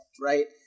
right